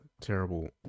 terrible